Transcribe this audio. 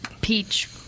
peach